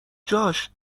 جاش